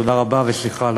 תודה רבה וסליחה.